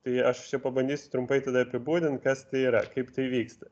tai aš čia pabandysiu trumpai tada apibūdint kas tai yra kaip tai vyksta